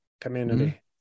community